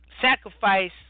sacrifice